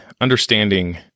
understanding